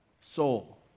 soul